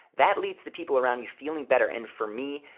that leads to people around you feeling better and, for me,